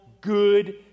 good